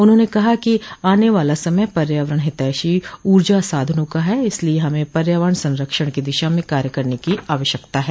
उन्होंने कहा कि आने वाला समय पर्यावरण हितैषी ऊर्जा साधनों का है इसलिये हमें पर्यावरण संरक्षण की दिशा में कार्य करने की आवश्यकता है